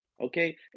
Okay